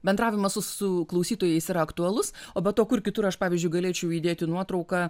bendravimas su su klausytojais yra aktualus o be to kur kitur aš pavyzdžiui galėčiau įdėti nuotrauką